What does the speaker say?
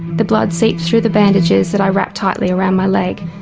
the blood seeps through the bandages that i wrap tightly around my leg,